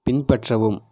பின்பற்றவும்